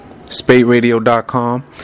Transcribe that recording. Spateradio.com